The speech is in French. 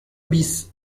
bis